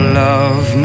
love